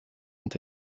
ont